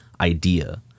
idea